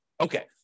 Okay